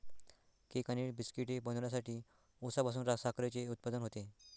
cake आणि बिस्किटे बनवण्यासाठी उसापासून साखरेचे उत्पादन होते